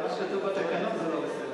אבל מה שכתוב בתקנון זה לא בסדר.